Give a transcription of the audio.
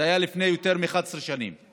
זה היה לפני יותר מ-11 שנים,